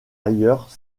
ailleurs